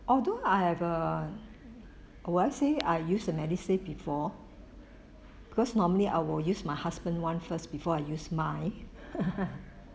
although I have uh or will I say I use the MediSave before because normally I will use my husband [one] first before I use mine